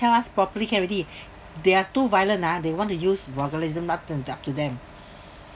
ask properly can already they are too violent ah they want to use vulgarism up to them